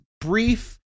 brief